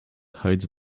hides